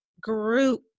group